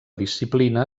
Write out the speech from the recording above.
disciplina